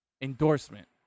endorsement